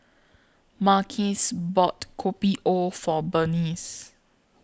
Marques bought Kopi O For Berniece